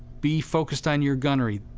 be focused on your gunnery.